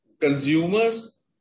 consumers